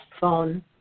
phone